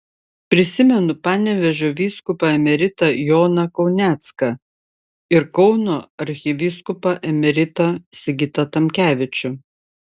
prisimenu panevėžio vyskupą emeritą joną kaunecką ir kauno arkivyskupą emeritą sigitą tamkevičių